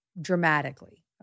dramatically